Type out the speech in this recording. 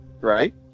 right